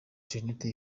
interineti